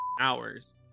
hours